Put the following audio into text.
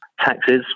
Taxes